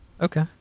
Okay